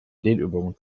dehnübungen